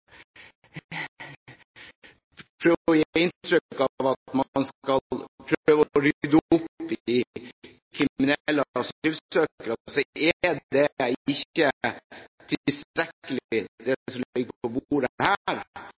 prøver å gi inntrykk av at man skal rydde opp med tanke på kriminelle asylsøkere, er ikke det som ligger på bordet her, tilstrekkelig. Venstre bør gå i seg selv, sammen med regjeringspartiene, for man er ikke